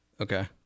Okay